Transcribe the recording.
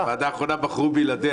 בוועדה האחרונה בחרו בלעדיה.